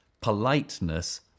politeness